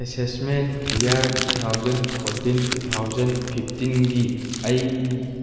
assessment year two thousand fourteen two thousand ꯐꯤꯞꯇꯤꯟꯒꯤ ꯑꯩ